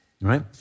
right